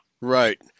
Right